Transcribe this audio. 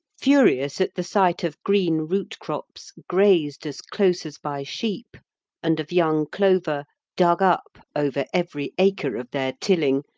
furious at the sight of green root-crops grazed as close as by sheep and of young clover dug up over every acre of their tilling,